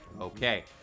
Okay